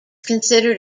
considered